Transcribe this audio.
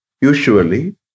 usually